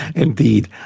indeed.